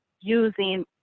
using